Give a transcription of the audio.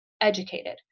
educated